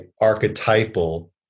archetypal